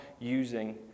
using